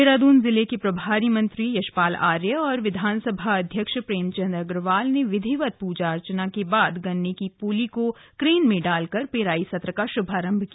देहरादून जिले के प्रभारी मंत्री यशपाल आर्य और विधानसभा अध्यक्ष प्रेम चंद अग्रवाल ने विधिवत् पूजा अर्चना के बाद गन्ने की पोली को क्रेन में डाल कर पेराई सत्र का श्भारम्भ किया